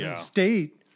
State